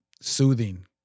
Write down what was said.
soothing